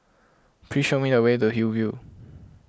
please show me the way Hillview